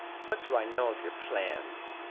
what do i know of your plans?